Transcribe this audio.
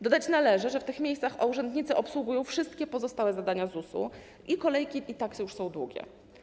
Dodać należy, że w tych miejscach urzędnicy obsługują wszystkie pozostałe zadania ZUS-u i kolejki i tak już są długie.